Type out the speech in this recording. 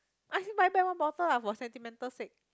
ask him buy back one bottle lah for sentimental sake